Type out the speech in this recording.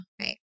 Right